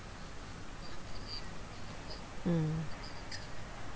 mm